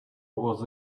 was